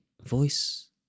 voice